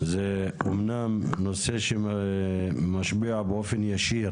זה אמנם נושא שמשפיע באופן ישיר